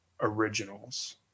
originals